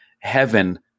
Heaven